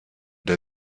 der